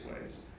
ways